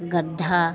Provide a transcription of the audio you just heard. गड्ढा